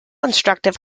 instructive